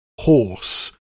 horse